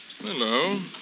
hello